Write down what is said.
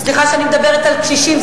סליחה שאני מדברת על קשישים,